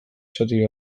zati